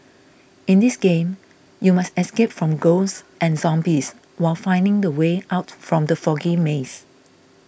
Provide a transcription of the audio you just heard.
in this game you must escape from ghosts and zombies while finding the way out from the foggy maze